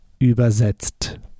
übersetzt